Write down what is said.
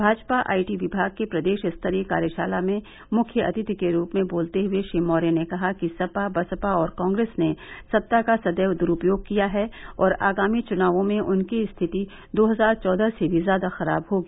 Bhajpa IT विभाग के प्रदेश स्तरीय कार्यशाला में मुख्य अतिथि के रूप में बोलते हए श्री मौर्य ने कहा कि सपा बसपा और कांग्रेस ने सत्ता का सदैव द्रूपयोग किया है और आगामी चुनावों में उनकी स्थिति दो हजार चौदह से भी ज्यादा खराब होगी